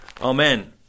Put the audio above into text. Amen